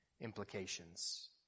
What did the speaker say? implications